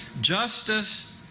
Justice